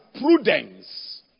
prudence